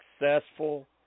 successful